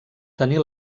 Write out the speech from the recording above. tenir